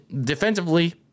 defensively